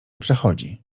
przechodzi